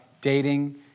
dating